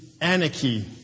anarchy